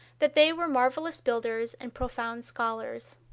that they were marvellous builders and profound scholars.